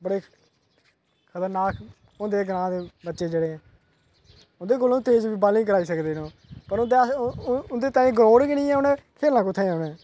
बड़े खतरनाक होंदे ग्रांऽ दे बच्चे जेह्ड़े उं'दे कोलू तेज बालिंग कराई सकदे न ओह् उं'दे ताईं ग्रराउंड गै निं उ'नें खेलना कुत्थै